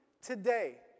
today